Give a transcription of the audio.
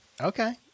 Okay